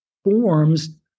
Forms